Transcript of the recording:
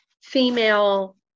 female